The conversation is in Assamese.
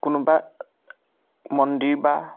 কোনোবা মন্দিৰ বা